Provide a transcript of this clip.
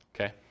okay